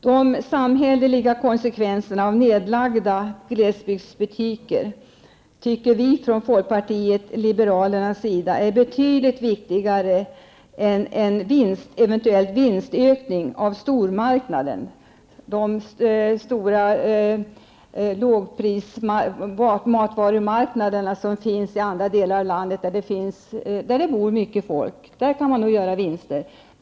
De samhälleliga konsekvenserna av nedläggningen av glesbygdsbutiker tycker vi från folkpartiet liberalernas sida är betydligt viktigare än eventuella vinstökningar på stormarknader, de stora lågprismatvarumarknader som finns i andra delar av landet där det bor mycket folk och där man kan göra vinster.